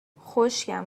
خشکم